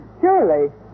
Surely